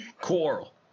Quarrel